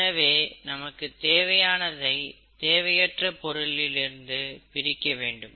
எனவே நமக்குத் தேவையானதை தேவையற்ற பொருளில் இருந்து பிரிக்க வேண்டும்